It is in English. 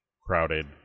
crowded